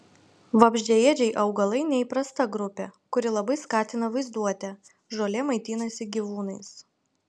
vabzdžiaėdžiai augalai neįprasta grupė kuri labai skatina vaizduotę žolė maitinasi gyvūnais